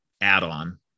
add-on